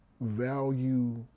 value